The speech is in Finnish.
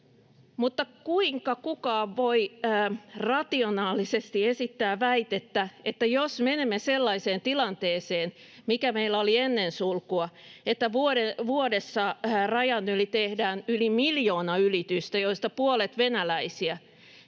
mutta kuinka kukaan voi rationaalisesti esittää väitettä, että jos menemme sellaiseen tilanteeseen, mikä meillä oli ennen sulkua, että vuodessa rajan yli tehdään yli miljoona ylitystä, joista puolet on venäläisiä,